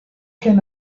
can